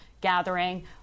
gathering